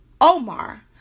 Omar